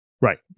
Right